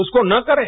उसको ना करें